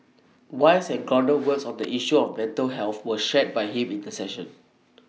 wise and grounded words on the issue of mental health were shared by him in the session